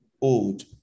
old